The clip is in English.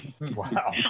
Wow